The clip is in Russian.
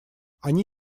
они